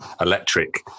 electric